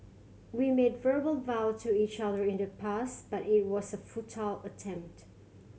we made verbal vow to each other in the past but it was a futile attempt